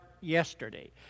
yesterday